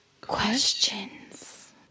Questions